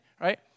right